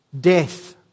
death